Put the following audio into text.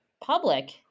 public